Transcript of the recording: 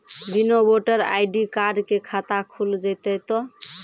बिना voter ID card के खाता खुल जैते तो?